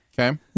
Okay